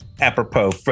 Apropos